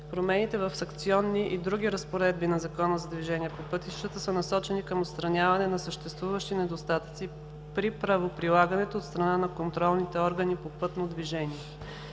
Промените в санкционни и в други разпоредби на ЗДвП са насочени към отстраняване на съществуващи недостатъци при правоприлагането от страна на контролните органи по пътно движение.